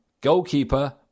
goalkeeper